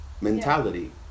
mentality